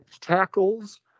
tackles –